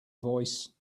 voice